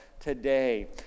today